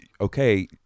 okay